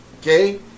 Okay